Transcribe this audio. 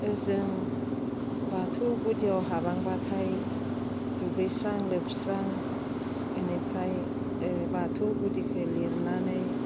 जों बाथौ गुदियाव हाबहांबाथाय दुगैस्रां लोबस्रां बेनिफ्राय बाथौ गुदिखौ लिरनानै